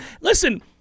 listen